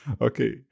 Okay